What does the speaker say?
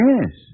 Yes